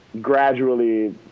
gradually